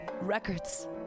records